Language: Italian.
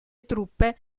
truppe